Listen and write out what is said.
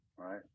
Right